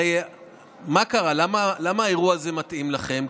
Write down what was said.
הרי מה קרה, למה האירוע הזה מתאים לכם?